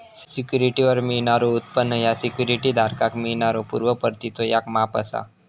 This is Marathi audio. सिक्युरिटीवर मिळणारो उत्पन्न ह्या सिक्युरिटी धारकाक मिळणाऱ्यो पूर्व परतीचो याक माप असा